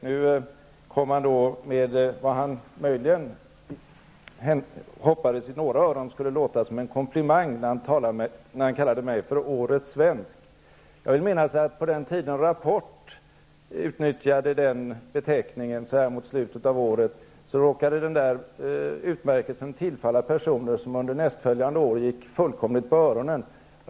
Nu har han, med vad han möjligen hoppades i några öron skulle låta som en komplimang, kallat mig för Årets svensk. Jag vill minnas att på den tiden Rapport utnyttjade den beteckningen mot slutet av året råkade den utmärkelsen tillfalla personer som under nästföljande år gick fullkomligt på öronen.